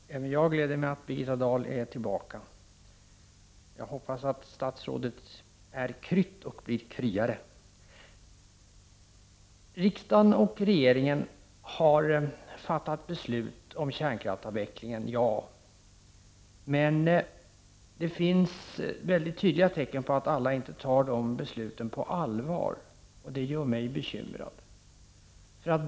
Herr talman! Även jag gläder mig över att Birgitta Dahl är tillbaka. Jag hoppas att statsrådet är kry och blir kryare. Det är riktigt att riksdag och regering har fattat beslut om kärnkraftsavvecklingen. Men det finns mycket tydliga tecken på att alla inte tar dessa beslut på allvar, vilket gör mig bekymrad.